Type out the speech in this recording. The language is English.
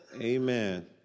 Amen